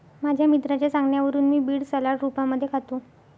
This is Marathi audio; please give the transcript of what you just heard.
माझ्या मित्राच्या सांगण्यावरून मी बीड सलाड रूपामध्ये खातो